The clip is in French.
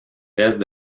reste